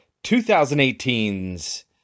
2018's